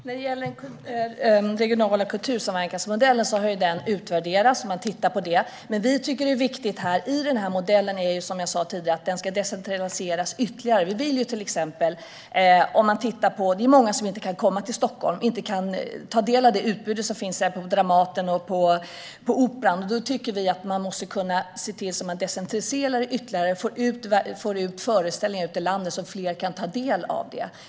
Fru talman! Den regionala kultursamverkansmodellen har utvärderats - man tittar på det. Men vi tycker att det är viktigt, som jag sa tidigare, att den decentraliseras ytterligare. Det är till exempel många som inte kan komma till Stockholm och som inte kan ta del av det utbud som finns på Dramaten och på Operan. Då tycker vi att man måste kunna decentralisera det ytterligare och få ut föreställningar i landet, så att fler kan ta del av detta.